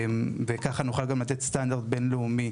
ככה נוכל גם לתת סטנדרט בינלאומי,